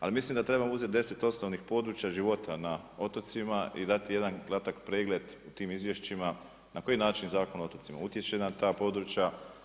Ali mislim da trebamo uzeti 10 osnovnih područja života na otocima i dati jedan kratak pregled u tim izvješćima na koji način Zakon o otocima utječe na ta područja.